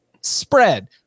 spread